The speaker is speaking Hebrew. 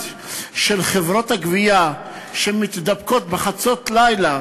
שבה חברות הגבייה מתדפקות בחצות לילה,